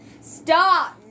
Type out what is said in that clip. Stop